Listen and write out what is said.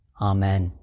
Amen